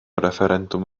refferendwm